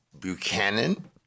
Buchanan